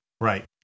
Right